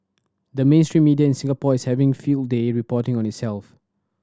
the mainstream media in Singapore is having field day reporting on itself